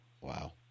Wow